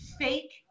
fake